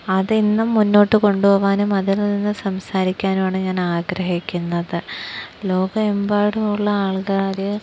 അതെന്നും മുന്നോട്ട് കൊണ്ടുപോകാനും അതിൽ നിന്ന് സംസാരിക്കാനുമാണ് ഞാനാഗ്രഹിക്കുന്നത് ലോകമെമ്പാടുമുള്ള ആൾക്കാര്